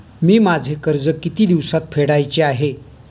मी माझे कर्ज किती दिवसांत फेडायचे आहे?